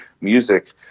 music